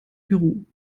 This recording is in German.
peru